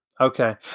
Okay